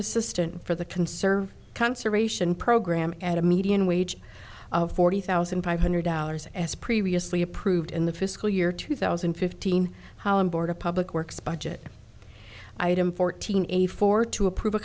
assistant for the conserve conservation program at a median wage of forty thousand five hundred dollars as previously approved in the fiscal year two thousand and fifteen board of public works budget item fourteen eighty four to approve a